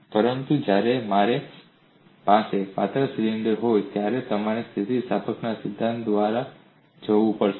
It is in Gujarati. પરંતુ જ્યારે મારી પાસે જાડા સિલિન્ડર હોય ત્યારે તમારે સ્થિતિસ્થાપકતાના સિદ્ધાંત દ્વારા જવું પડશે